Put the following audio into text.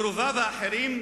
קרוביו האחרים,